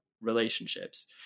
relationships